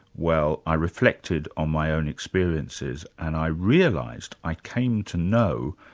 well i reflected on my own experiences and i realised, i came to know,